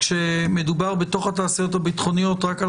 כשמדובר בתוך התעשיות הביטחוניות רק על